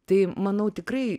tai manau tikrai